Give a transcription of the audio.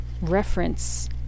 reference